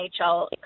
NHL